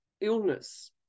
illness